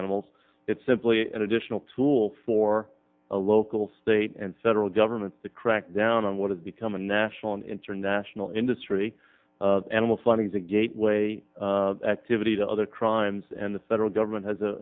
animals it's simply an additional tool for a local state and federal government to crack down on what has become a national and international industry animal funding as a gateway activity to other crimes and the federal government has a